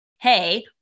hey